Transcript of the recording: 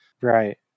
Right